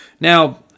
Now